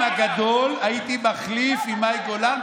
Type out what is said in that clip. אני את חלקם הגדול הייתי מחליף עם מאי גולן,